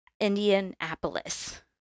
Indianapolis